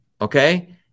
Okay